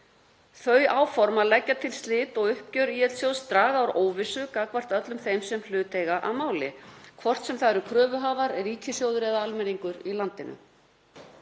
Þau áform að leggja til slit og uppgjör ÍL-sjóðs draga úr óvissu gagnvart öllum þeim sem hlut eiga að máli, hvort sem það eru kröfuhafar, ríkissjóður eða almenningur í landinu.